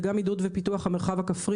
אנחנו אמונים עם עידוד ופיתוח המרחב הכפרי